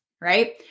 right